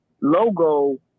logo